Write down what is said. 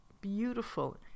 beautiful